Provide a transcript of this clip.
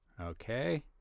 okay